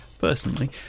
personally